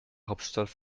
hauptstadt